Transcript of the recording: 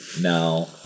now